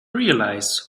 realize